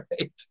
right